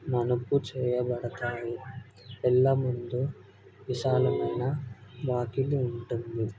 మనుపు చేయబడతాయి ఇళ్ళముందు విశాలమైన వాకిలి ఉంటుంది